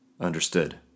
Understood